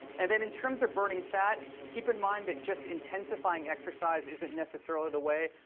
and then in terms of burning fat, keep in mind that just intensifying exercise isn't necessarily the way.